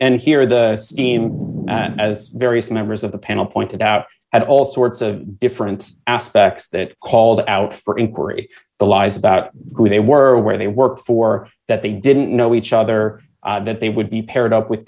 and here the scheme as various members of the panel pointed out at all sorts of different aspects that called out for inquiry the lies about who they were where they work for that they didn't know each other that they would be paired up with